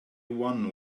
one